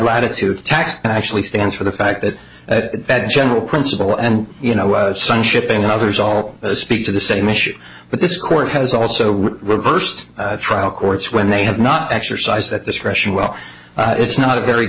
latitude tact and actually stands for the fact that that general principle and you know some shipping others all speak to the same issue but this court has also reversed trial courts when they have not actually size that discretion well it's not a very